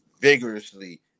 vigorously